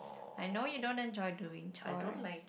I know you don't enjoy doing chores